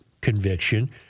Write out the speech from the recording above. conviction